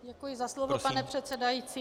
Děkuji za slovo, pane předsedající.